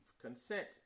consent